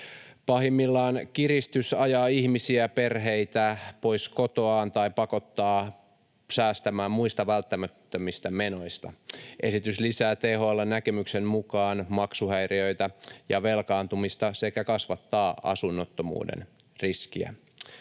Pahimmillaan kiristys ajaa ihmisiä, perheitä, pois kotoaan tai pakottaa säästämään muista välttämättömistä menoista. Esitys lisää THL:n näkemyksen mukaan maksuhäiriöitä ja velkaantumista sekä kasvattaa asunnottomuuden riskiä.